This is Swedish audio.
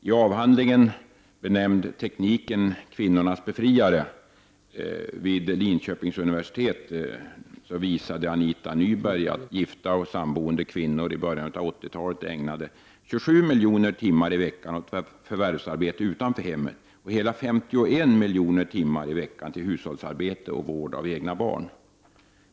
I avhandlingen ”Tekniken — kvinnornas befriare?” vid Linköpings universitet visade Anita Nyberg att gifta/samboende kvinnor i början av 1980-talet ägnade 27 miljoner timmar i veckan åt förvärvsarbete utanför hemmet och hela 51 miljoner timmar i veckan åt hushållsarbete och vård av egna barn.